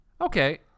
Okay